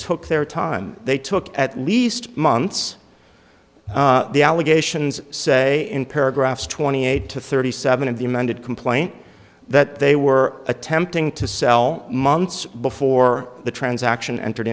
took their time they took at least months the allegations say in paragraphs twenty eight to thirty seven in the amended complaint that they were attempting to sell months before the transaction entered